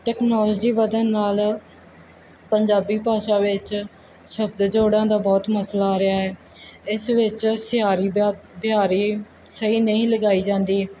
technology ਵਧਣ ਨਾਲ ਪੰਜਾਬੀ ਭਾਸ਼ਾ ਵਿੱਚ ਸ਼ਬਦ ਜੋੜਾ ਦਾ ਬਹੁਤ ਮਸਲਾ ਆ ਰਿਹਾ ਇਸ ਵਿੱਚ ਸਿਹਾਰੀ ਬਿਹਾਰੀ ਸਹੀ ਨਹੀਂ ਲਗਾਈ ਜਾਂਦੀ